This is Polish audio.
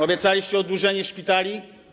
Obiecaliście oddłużenie szpitali.